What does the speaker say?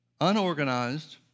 unorganized